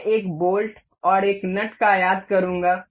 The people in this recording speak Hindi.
मैं एक बोल्ट और एक नट का आयात करूंगा